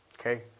Okay